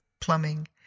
plumbing